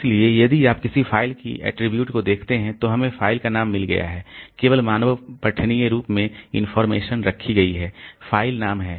इसलिए यदि आप किसी फ़ाइल की ऐट्रिब्यूट्स को देखते हैं तो हमें फ़ाइल का नाम मिल गया है केवल मानव पठनीय रूप में इनफार्मेशन रखी गई फ़ाइल नाम है